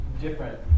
different